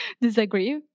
disagree